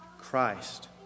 Christ